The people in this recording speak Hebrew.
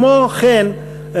כמו כן,